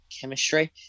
chemistry